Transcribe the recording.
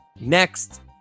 Next